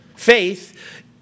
Faith